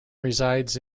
resides